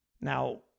Now